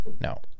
no